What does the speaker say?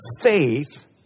faith